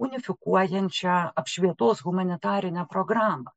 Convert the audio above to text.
unifikuojančią apšvietos humanitarinę programą